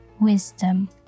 wisdom